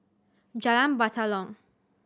Jalan Batalong